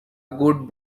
good